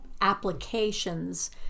applications